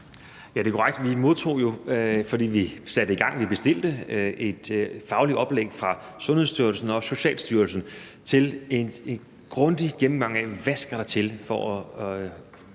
Det er korrekt. Vi modtog jo, fordi vi satte det i gang og bestilte det, et fagligt oplæg fra Sundhedsstyrelsen og Socialstyrelsen med en grundig gennemgang af, hvad der skal til for at